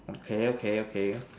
okay okay okay